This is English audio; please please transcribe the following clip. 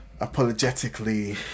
apologetically